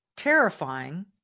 terrifying